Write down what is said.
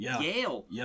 Yale